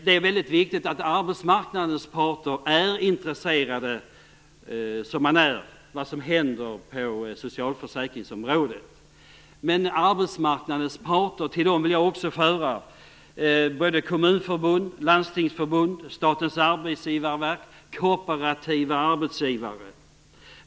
Det är väldigt viktigt att arbetsmarknadens parter, som också är fallet, är intresserade av vad som händer på socialförsäkringsområdet. Men till arbetsmarknadens parter vill jag också räkna Kommunförbundet, Landstingsförbundet, Statens Arbetsgivarverk och kooperativa arbetsgivare.